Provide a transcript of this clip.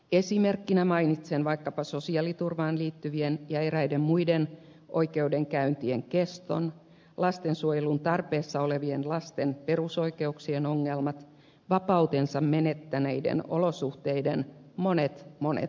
esimerkkinä mainitsen vaikkapa sosiaaliturvaan liittyvien ja eräiden muiden oikeudenkäyntien keston lastensuojelun tarpeessa olevien lasten perusoikeuksien ongelmat vapautensa menettäneiden olosuhteiden monet monet ongelmat ja niin edelleen